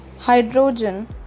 Hydrogen